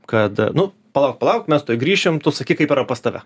kad nu palauk palauk mes tuoj grįšim tu sakyk kaip yra pas tave